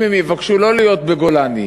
אם הם יבקשו לא להיות בגולני,